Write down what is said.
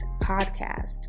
Podcast